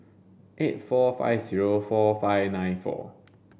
eight four five zero four five nine four